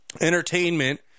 entertainment